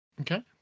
Okay